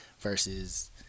versus